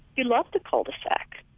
you loved the cul-de-sac!